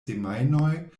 semajnoj